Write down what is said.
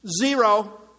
zero